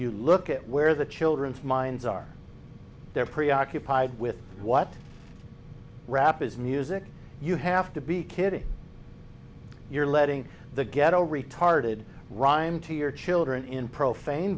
you look at where the children's minds are they're preoccupied with what rap is music you have to be kidding you're letting the ghetto retarded rhyme to your children in profane